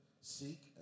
seek